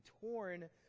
torn